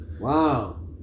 Wow